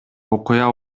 окуя